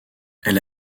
elle